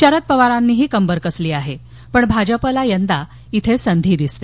शरद पवारांनीही कंबर कसली आहे पण भाजपाला यदा इथे सधी दिसते